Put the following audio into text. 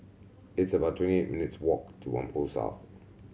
it's about twenty eight minutes' walk to Whampoa South